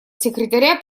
секретаря